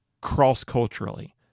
cross-culturally